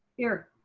here.